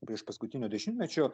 priešpaskutinio dešimtmečio